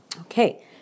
Okay